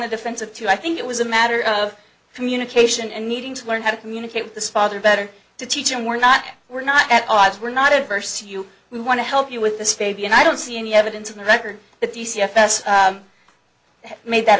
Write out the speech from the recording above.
the defensive too i think it was a matter of communication and needing to learn how to communicate with this father better to teach him we're not we're not at odds we're not adverse to you we want to help you with this fabian i don't see any evidence in the record that the c f s has made that